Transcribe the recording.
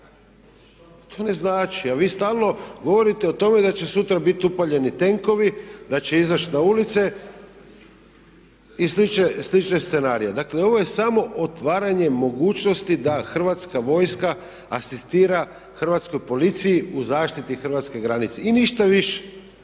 to ne znači, a vi stalno govorite o tome da će sutra biti upaljeni tenkovi, da će izaći na ulice i slične scenarije. Dakle, ovo je samo otvaranje mogućnosti da hrvatska vojska asistira hrvatskoj policiji u zaštiti hrvatske granice i ništa više.